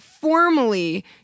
formally